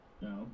no